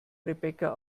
rebecca